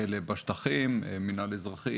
ואלה שבשטחים הם מול המינהל האזרחי,